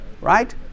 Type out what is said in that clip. right